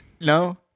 No